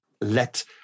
let